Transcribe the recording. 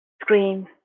scream